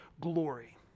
glory